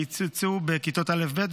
קיצצו בכיתות א' ב'.